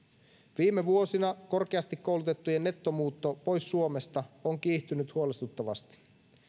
viime vuosina korkeasti koulutettujen nettomuutto pois suomesta on kiihtynyt huolestuttavasti